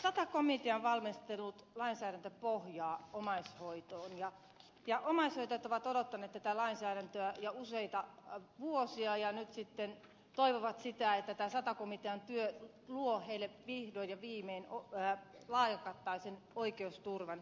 sata komitea on valmistellut lainsäädäntöpohjaa omaishoitoon ja omaishoitajat ovat odottaneet tätä lainsäädäntöä jo useita vuosia ja nyt sitten toivovat sitä että tämä sata komitean työ luo heille vihdoin ja viimein laaja alaisen oikeusturvan